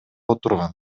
отурган